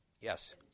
Yes